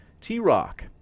T-Rock